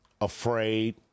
afraid